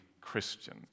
Christian